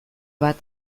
bat